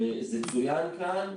וזה צוין כאן,